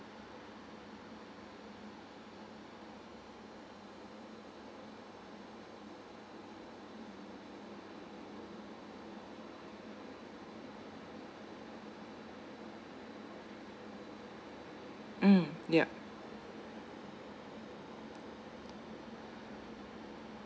mm yup